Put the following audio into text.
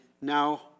now